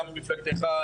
גם במפלגתך.